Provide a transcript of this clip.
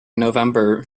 november